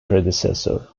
predecessor